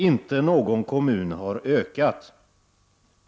Inte någon kommun har ökat.